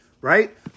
right